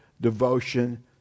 devotion